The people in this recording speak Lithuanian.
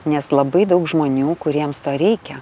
nes labai daug žmonių kuriems to reikia